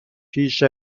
پیش